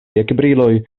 ekbriloj